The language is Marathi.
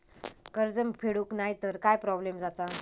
कर्ज फेडूक नाय तर काय प्रोब्लेम जाता?